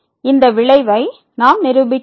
இந்த விளை வை நாம் நிரூபிக்க வேண்டும்